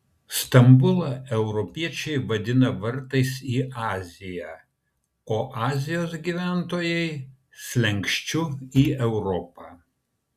stambulą europiečiai vadina vartais į aziją o azijos gyventojai slenksčiu į europą